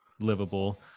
livable